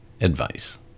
advice